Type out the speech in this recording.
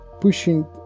pushing